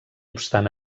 obstant